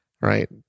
right